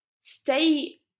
stay